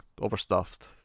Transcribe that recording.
overstuffed